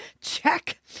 check